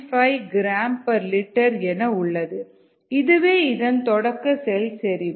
5 gram gl என உள்ளது இதுவே இதன் தொடக்க செல் செறிவு